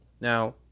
Now